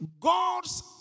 God's